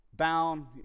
bound